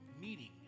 meeting